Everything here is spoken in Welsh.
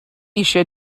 eisiau